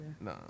No